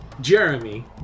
Jeremy